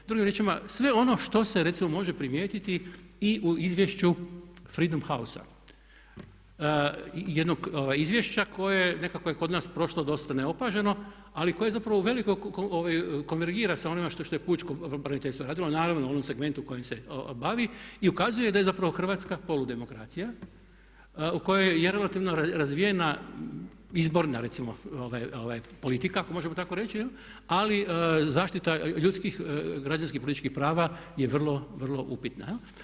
Drugim riječima sve ono što se recimo može primijetiti i u izvješću freedom house, jednog izvješća koje nekako je kod nas prošlo dosta neopaženo ali koje zapravo uvelike konvergira sa onime što je pučko braniteljstvo radilo naravno u onom segmentu kojim se bavi i ukazuje da je zapravo Hrvatska poludemokracija u kojoj je relativno razvijena izborna recimo politika, ako možemo tako reći ali zaštita ljudskih, građanskih i političkih prava je vrlo, vrlo upitna.